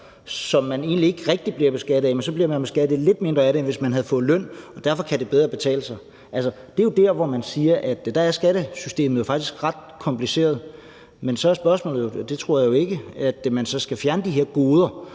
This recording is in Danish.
som man egentlig ikke rigtig bliver beskattet af. Men så bliver man beskattet lidt mindre af det, end hvis man havde fået løn, og derfor kan det bedre betale sig. Altså, det er jo der, hvor man siger, at skattesystemet faktisk er ret kompliceret. Men så er spørgsmålet jo, om man skal fjerne noget. Men jeg tror jo ikke, at man skal fjerne de her goder,